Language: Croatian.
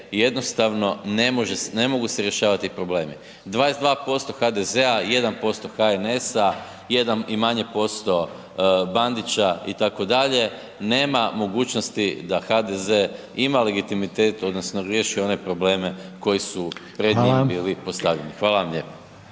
jednostavno ne mogu se rješavati problemi. 22% HDZ-a, 1% HNS-a, 1 i manje posto Bandića, itd. Nema mogućnosti da HDZ ima legitimitet odnosno riješio je one probleme koji su pred njih bili postavljeni. Hvala vam lijepo.